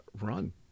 run